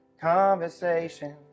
conversation